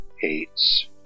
hates